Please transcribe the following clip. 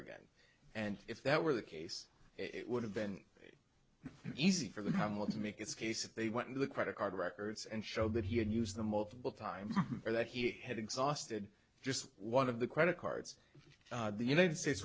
again and if that were the case it would have been easy for them well to make its case if they went into the credit card records and show that he had used the multiple times or that he had exhausted just one of the credit cards the united states